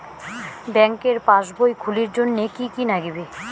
ব্যাঙ্কের পাসবই খুলির জন্যে কি কি নাগিবে?